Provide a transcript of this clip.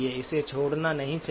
इसे छोड़ना नहीं चाहिए